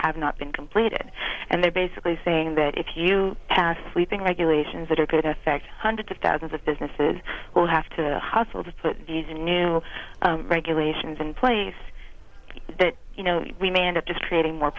have not been completed and they're basically saying that if you pass sleeping regulations that are good effect hundreds of thousands of businesses will have to hustle to put these new regulations in place that you know we may end up just creating more